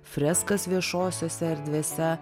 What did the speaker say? freskas viešosiose erdvėse